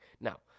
Now